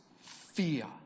fear